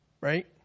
Right